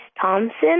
Thompson